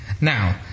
Now